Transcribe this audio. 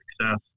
success